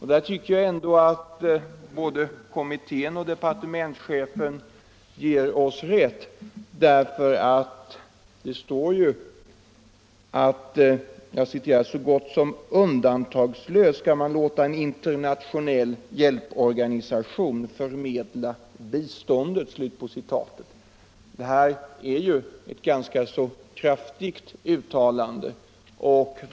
Där tycker jag att både kommittén och departementschefen ger oss rätt, eftersom det sägs — jag citerar utskottets referat av propositionen — att det kan förutsättas att man ”så gott som undantagslöst låter en internationell hjälporganisation förmedla biståndet”. Det är ju ett ganska kraftigt uttalande.